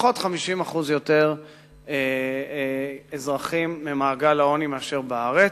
לפחות 50% יותר אזרחים ממעגל העוני מאשר בארץ.